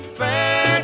fair